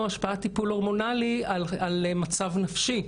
כמו השפעת טיפול הורמונלי על מצב נפשי.